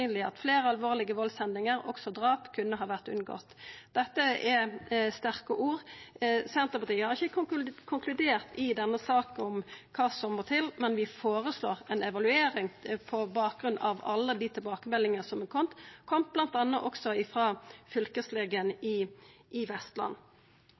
at flere alvorlige voldshendinger, også drap, kunne vært unngått.» Dette er sterke ord. Senterpartiet har ikkje konkludert i denne saka om kva som må til, men vi føreslår ei evaluering på bakgrunn av alle dei tilbakemeldingane som har kome, bl.a. også frå fylkeslegen